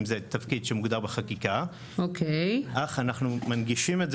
אם זה תפקיד שמוגדר בחקיקה אך אנחנו מנגישים את זה